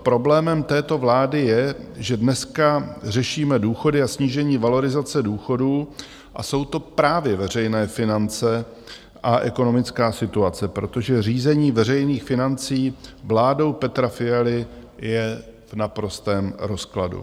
Problémem této vlády je, že dneska řešíme důchody a snížení valorizace důchodů, a jsou to právě veřejné finance a ekonomická situace, protože řízení veřejných financí vládou Petra Fialy je v naprostém rozkladu.